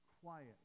quiet